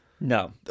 No